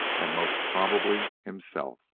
and most probably himself.